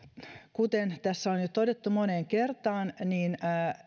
kuten tässä on jo todettu moneen kertaan niin